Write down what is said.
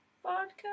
Vodka